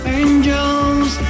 angels